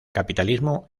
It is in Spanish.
capitalismo